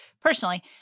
personally